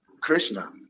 Krishna